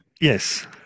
yes